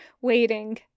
waiting